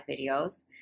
videos